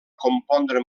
compondre